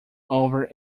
over